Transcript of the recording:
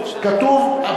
כתוב,